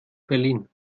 berlin